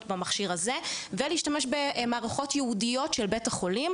במכשיר הזה ולהשתמש במערכות ייעודיות של בית החולים,